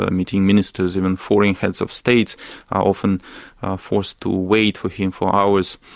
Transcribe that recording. ah meeting ministers even foreign heads of state are often forced to wait for him for hours.